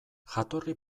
jatorri